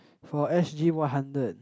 for s_g one hundred